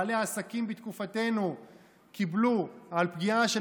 בעלי עסקים בתקופתנו קיבלו על פגיעה של